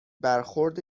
برخورد